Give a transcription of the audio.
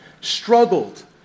struggled